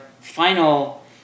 final